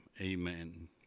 amen